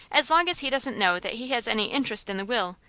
as long as he doesn't know that he has any interest in the will,